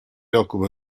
occupa